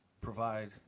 provide